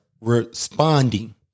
responding